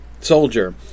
soldier